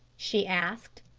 she asked.